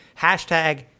hashtag